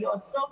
ליועצות,